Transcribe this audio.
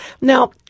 Now